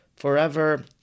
Forever